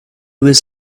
was